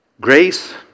Grace